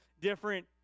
different